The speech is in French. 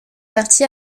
parti